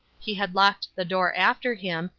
he had locked the door after him,